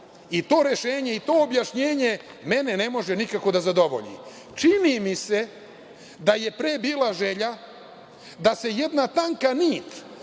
To rešenje i to objašnjenje mene ne može nikako da zadovolji. Čini mi se da je pre bila želja da se jedna tanka nit,